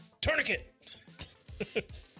tourniquet